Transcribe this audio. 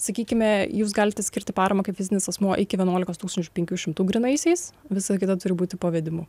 sakykime jūs galite skirti paramą kaip fizinis asmuo iki vienuolikos tūkstančių penkių šimtų grynaisiais visa kita turi būti pavedimu